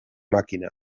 màquina